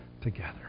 together